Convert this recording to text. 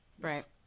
right